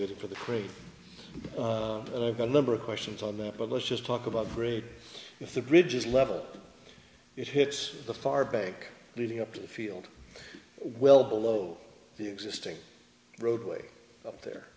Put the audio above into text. be for the great and i've got a number of questions on that but let's just talk about bridge the bridge is level it hits the far bank leading up to the field well below the existing roadway up there